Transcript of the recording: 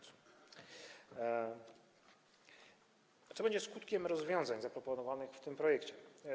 Co będzie skutkiem rozwiązań zaproponowanych w tym projekcie?